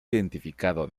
identificado